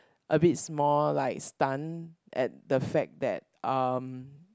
a bit small like stun at the fact that um